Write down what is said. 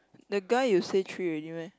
the guy you say three already meh